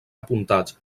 apuntats